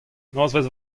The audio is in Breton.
nozvezh